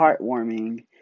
heartwarming